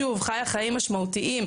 שוב חייה חיים משמעותיים,